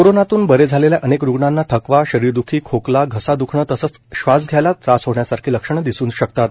कोरोनातून बरे झालेल्या अनेक रुग्णांना थकवा शरीरद्खी खोकला घसा द्रखणं तसंच श्वास घ्यायला त्रास होण्यासारखी लक्षणं दिसू शकतात